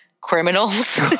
criminals